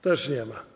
Też nie ma.